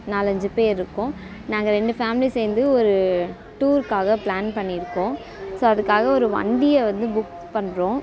நாலஞ்சு பேர் இருக்கோம் நாங்கள் ரெண்டு ஃபேம்லியும் சேர்ந்து ஒரு டூர்க்காக பிளான் பண்ணியிருக்கோம் ஸோ அதுக்காக ஒரு வண்டியை வந்து புக் பண்ணுறோம்